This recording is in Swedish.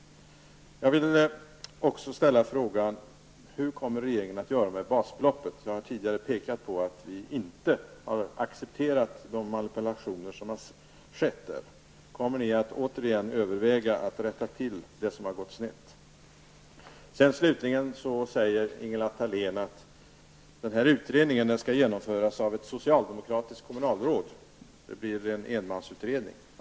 Jag vill också ställa frågan: Hur kommer regeringen att göra med basbeloppet? Jag har tidigare pekat på att vi inte har accepterat de manipulationer som har skett där. Kommer ni att återigen överväga att rätta till det som har gått snett? Slutligen sade Ingela Thalén att utredningen skall genomföras av ett socialdemokratiskt kommunalråd. Det blir en enmansutredning.